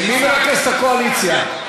מי מרכז את הקואליציה?